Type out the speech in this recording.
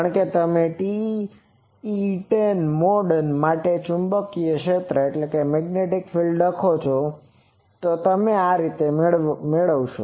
કારણ કે જો તમે TE10 મોડ માટે ચુંબકીય ક્ષેત્ર લખો છો તો તમે આ મેળવશો